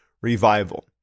revival